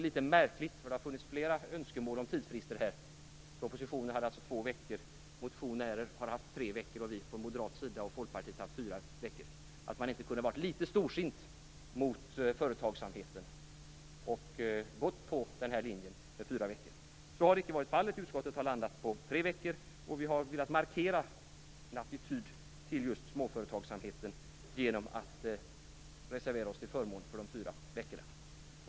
Det har funnits flera önskemål om tidsfrister. I propositionen föreslås två veckor. I en motion har tre veckor föreslagits, och Moderaterna och Folkpartiet har föreslagit fyra veckor. Det är märkligt att man inte kunde vara litet storsint mot företagsamheten och gå på linjen med fyra veckor. Så har man icke gjort. Utskottet har landat på tre veckor, och vi har velat markera en attityd till just småföretagsamheten genom att reservera oss till förmån för de fyra veckorna.